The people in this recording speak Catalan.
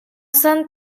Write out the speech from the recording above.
són